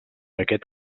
aquest